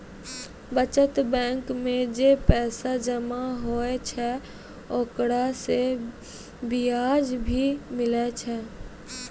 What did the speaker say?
बचत बैंक मे जे पैसा जमा होय छै ओकरा से बियाज भी मिलै छै